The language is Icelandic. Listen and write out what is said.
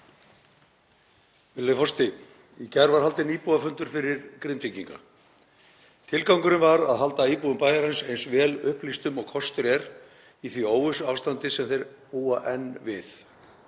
Virðulegur forseti. Í gær var haldinn íbúafundur fyrir Grindvíkinga. Tilgangurinn var að halda íbúum bæjarins eins vel upplýstum og kostur er í því óvissuástandi sem þeir búa enn við.